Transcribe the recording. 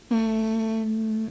and